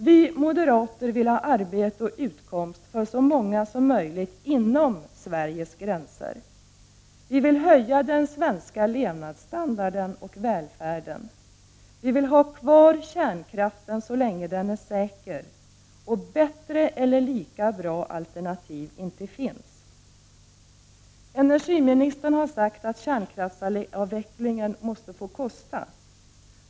Vi moderater vill ha arbete och utkomst för så många som möjligt inom Sveriges gränser. Vi vill höja den svenska levnadsstandarden och förbättra välfärden. Vi vill ha kvar kärnkraften så länge den är säker och bättre eller lika bra alternativ inte finns. Energiministern har sagt att kärnkraftsavvecklingen måste få kosta.